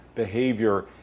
behavior